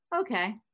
Okay